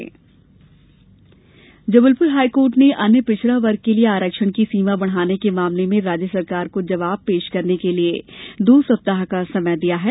आरक्षण OBC Jabalpur high court ने अन्य पिछड़ा वर्ग के लिए आरक्षण की सीमा बढ़ाने के मामले में राज्य सरकार को जवाब पेश करने के लिए दो सप्ताह का समय दिया है